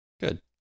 Good